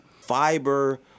fiber